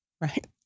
Right